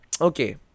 okay